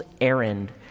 errand